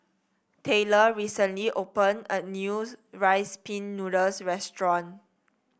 Tayler recently open a new Rice Pin Noodles restaurant